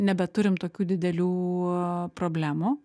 nebeturim tokių didelių problemų